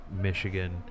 Michigan